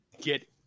get